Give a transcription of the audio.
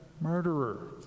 murderer